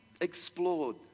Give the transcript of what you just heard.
explored